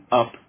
up